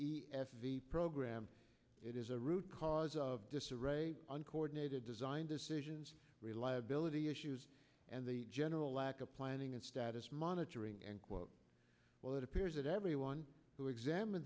s v program it is a root cause of disarray uncoordinated design decisions reliability issues and the general lack of planning and status monitoring and quote well it appears that everyone who examine